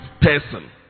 person